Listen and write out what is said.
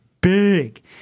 big